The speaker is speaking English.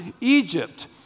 Egypt